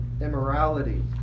immorality